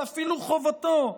ואפילו מחובתו,